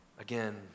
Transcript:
Again